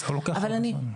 זה לוקח הרבה זמן.